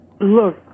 Look